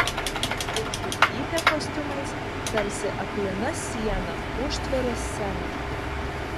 luišaitytė kostiumais tarsi aklina siena užtveria sceną